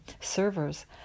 servers